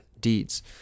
deeds